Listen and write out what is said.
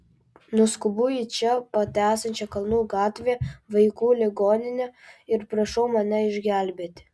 nuskubu į čia pat esančią kalnų gatvėje vaikų ligoninę ir prašau mane išgelbėti